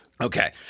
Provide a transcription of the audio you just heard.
Okay